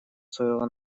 своего